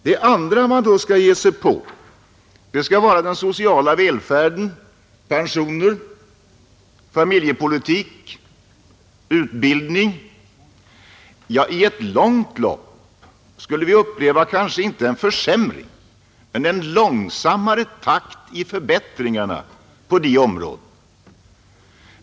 Det andra man då skulle ge sig på är den sociala välfärden, pensioner, familjepolitik, utbildning osv. Ja, i det långa loppet skulle vi kanske få uppleva en försämring men en framför allt långsammare takt i förbättringarna på dessa områden.